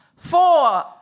Four